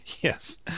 Yes